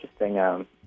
interesting